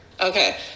Okay